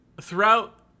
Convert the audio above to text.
Throughout